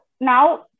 now